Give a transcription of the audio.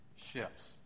Shifts